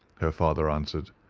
her father answered.